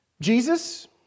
Jesus